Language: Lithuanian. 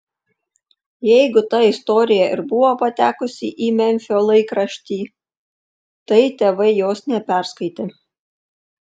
jeigu ta istorija ir buvo patekusi į memfio laikraštį tai tėvai jos neperskaitė